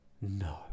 no